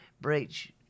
breach